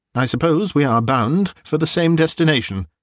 i suppose we are bound for the same destination?